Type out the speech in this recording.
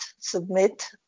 submit